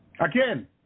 Again